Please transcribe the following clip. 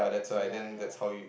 yea yea